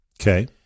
Okay